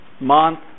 month